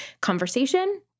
conversation